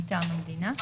מטעם המדינה.